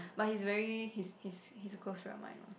but he's very he's he's he's a close friend of mine lah